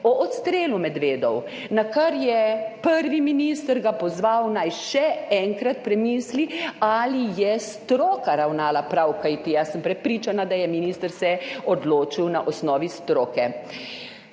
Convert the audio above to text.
o odstrelu medvedov, nakar ga je prvi minister pozval, naj še enkrat premisli, ali je stroka ravnala prav, kajti jaz sem prepričana, da se je minister odločil na osnovi stroke.